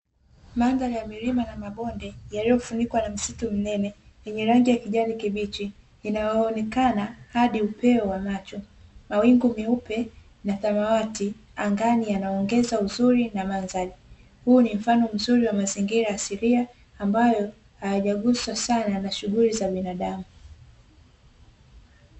Mandhari ya milima na mabonde, yaliyofunikwa na msitu mnene, yenye rangi ya kijani kibichi inayoonekana hadi upeo wa macho, mawingu meupe na samawati angan,i yanaongeza uzuri na mandhari. Huu ni mfano mzuri wa mzingira asilia ambayo hayajaguswa sana na shughuli za binadamu.